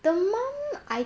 the mom I